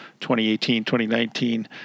2018-2019